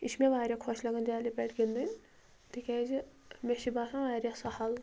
یہِ چھِ مےٚ واریاہ خۄش لَگان جالہِ بیٹ گِنٛدٕنۍ تِکیٛازِ مےٚ چھُ باسان واریاہ سَہَل